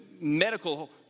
medical